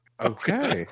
Okay